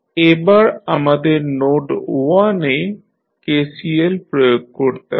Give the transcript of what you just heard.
এবার আমাদের নোড 1 এ KCL প্রয়োগ করতে হবে